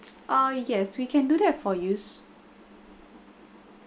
oh yes we can do that for you